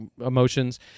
emotions